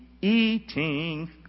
eating